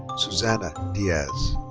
susana diaz.